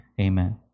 Amen